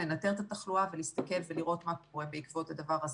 לנתח את התחלואה ולהסתכל ולראות מה קורה בעקבות הדבר הזה.